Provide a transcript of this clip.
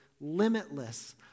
limitless